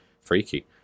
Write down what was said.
freaky